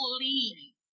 please